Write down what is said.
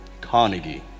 Carnegie